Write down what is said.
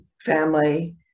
family